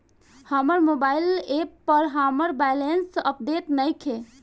हमर mobile app पर हमर बैलेंस अपडेट नइखे